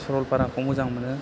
सरलफाराखौ मोजां मोनो